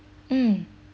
mm